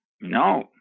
no